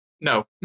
no